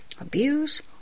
abuse